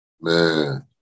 Man